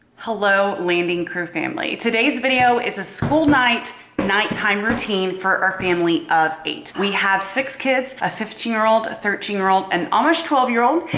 hello landing crew family today's video is a school night night time routine for our family of eight. we have six kids a fifteen year old, a thirteen year old, an almost twelve year old,